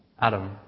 Adam